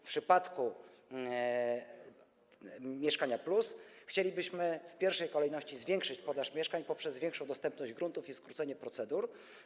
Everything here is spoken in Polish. W przypadku „Mieszkania+” chcielibyśmy w pierwszej kolejności zwiększyć podaż mieszkań poprzez większą dostępność gruntów i skrócenie procedur.